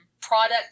product